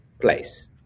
place